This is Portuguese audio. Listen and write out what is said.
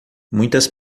muitas